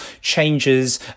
changes